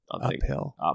Uphill